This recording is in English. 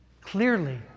clearly